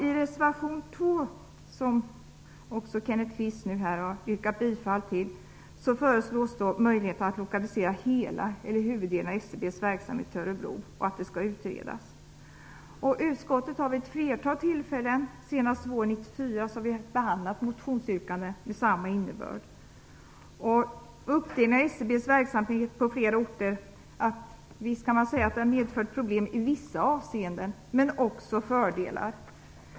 I reservation nr 2, som Kenneth Kvist också har yrkat bifall till, föreslås att möjligheterna att lokalisera hela eller huvuddelen av SCB:s verksamhet till Örebro skall utredas. Utskottet har vid ett flertal tillfällen, senast våren 1994, behandlat motionsyrkanden med samma innebörd som i den nu aktuella reservationen. Uppdelningen av SCB:s verksamhet på flera orter har för all del medfört problem i vissa avseenden men också fördelar.